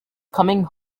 coming